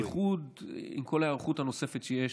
בייחוד עם כל ההיערכות הנוספת שיש,